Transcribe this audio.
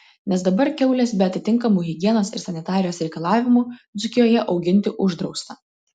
nes dabar kiaules be atitinkamų higienos ir sanitarijos reikalavimų dzūkijoje auginti uždrausta